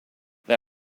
they